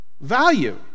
value